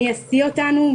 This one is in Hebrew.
מי ישיא אותנו,